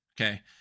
Okay